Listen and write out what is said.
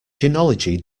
genealogy